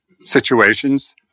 situations